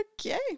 Okay